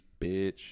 bitch